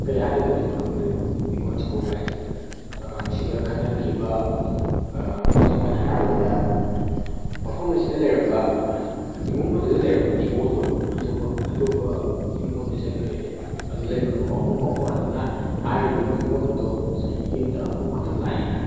ꯀꯩ ꯍꯥꯏꯗꯣꯏꯅꯣ ꯑꯩꯁꯨ ꯈꯪꯗ꯭ꯔꯦꯀꯣ ꯅꯤꯡꯉꯣꯜ ꯆꯥꯛꯀꯧꯕ ꯍꯥꯏꯁꯦ ꯁꯤꯗ ꯈꯠꯅꯈꯤꯕ ꯈꯨꯗꯝ ꯑꯣꯏꯅ ꯍꯥꯏꯔꯕꯗ ꯃꯐꯝ ꯑꯁꯤꯗ ꯂꯩꯔꯝꯕ ꯏꯃꯨꯡ ꯑꯗꯨꯗ ꯂꯩꯔꯝꯕ ꯅꯤꯡꯉꯣꯜꯗꯣ ꯑꯇꯣꯞꯄ ꯑꯇꯣꯞꯄ ꯌꯨꯝ ꯑꯃꯗ ꯆꯠꯈꯤꯗꯣꯏꯅꯦꯕ ꯑꯗꯨ ꯂꯩꯔꯝꯕ ꯃꯕꯨꯡ ꯃꯧꯄ꯭ꯋꯥꯗꯨꯅ ꯍꯥꯏꯔꯤꯕ ꯅꯤꯡꯉꯣꯜ ꯑꯗꯣ ꯆꯍꯤ ꯑꯃꯗ ꯑꯃꯨꯛ ꯈꯛꯇꯪ ꯂꯥꯛꯑꯦꯅ